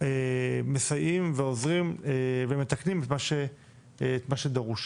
מסייעים ועוזרים ומתקנים את מה שדרוש.